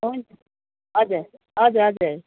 हुन्छ हजुर हजुर हजुर